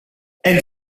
elle